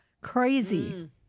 Crazy